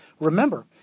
Remember